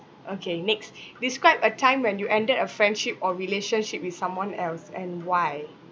okay next describe a time when you ended a friendship or relationship with someone else and why